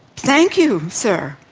thank you, sir.